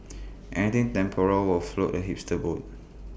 anything temporal will float A hipster's boat